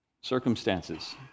circumstances